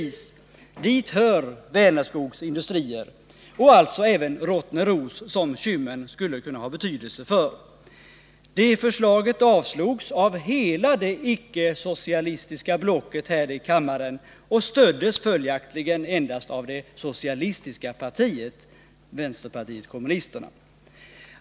11 december 1979 Dit hör Vänerskogs industrier och alltså även Rottneros som Kymmen skulle kunna ha betydelse för. Det förslaget avslogs av hela det stora icke — Den fysiska rikssocialistiska blocket här i kammaren och stöddes följaktligen endast av det planeringen socialistiska partiet, vänsterpartiet kommunisterna.